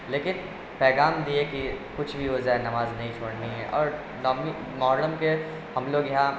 لیکن پیغام دیے کہ کچھ بھی ہو جائے نماز نہیں چھوڑنی ہے اور محرم کے ہم لوگ یہاں